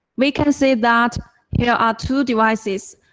we can see that here are two devices,